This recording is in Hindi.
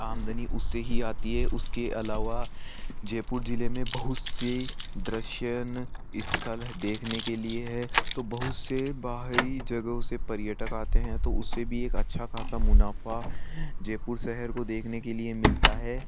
आमदनी उससे ही आती है उसके अलावा जयपुर जिले में बहुत से दृश्यन स्थल है देखने के लिए है तो बहुत से बाहरी जगहों से पर्यटक आते हैं तो उससे भी एक अच्छा खासा मुनाफा जयपुर शहर को देखने के लिए मिलता है